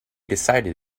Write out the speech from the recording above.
decided